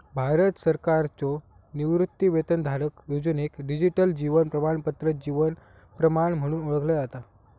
भारत सरकारच्यो निवृत्तीवेतनधारक योजनेक डिजिटल जीवन प्रमाणपत्र जीवन प्रमाण म्हणून ओळखला जाता